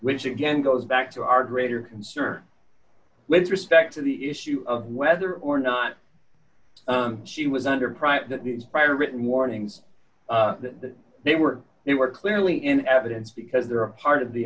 which again goes back to our greater concern with respect to the issue of whether or not she was under private use prior written warnings that they were they were clearly in evidence because they're a part of the